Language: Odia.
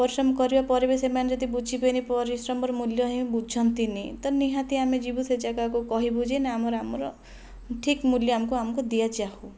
ପରିଶ୍ରମ କରିବା ପରେ ବି ସେମାନେ ଯଦି ବୁଝିବେନାହିଁ ପରିଶ୍ରମର ମୂଲ୍ୟ ହିଁ ବୁଝନ୍ତିନାହିଁ ତ ନିହାତି ଆମେ ଯିବୁ ସେ ଜାଗାକୁ କହିବୁ ଯେ ନା ଆମର ଆମର ଠିକ୍ ମୂଲ୍ୟ ଆମକୁ ଆମକୁ ଦିଆଯାଉ